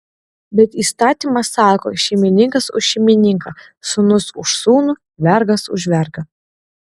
bet įstatymas sako šeimininkas už šeimininką sūnus už sūnų vergas už vergą